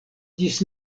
ĝis